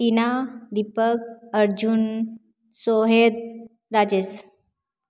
Tina Deepak Arjun Sohit Rajesh